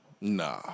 nah